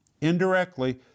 indirectly